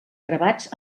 gravats